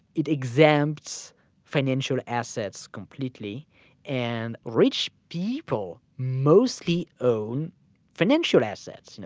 it exempts financial assets completely and rich people mostly own financial assets, you know